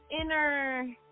inner